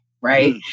Right